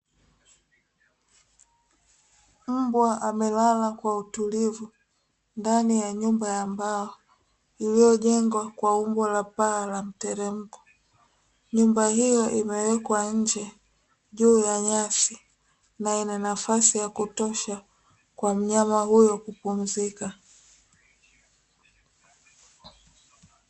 Mbwa amelala kwa utulivu ndani ya nyumba ya mbao, iliyojengwa kwa umbo la paa la mteremko, nyumba hiyo imewekwa nje juu ya nyasi, na ina nafasi ya kutosha kwa mnyama huyo kupumzika.